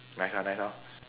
nice ah nice lor